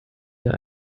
der